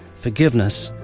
forgiveness,